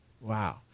Wow